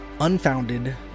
unfounded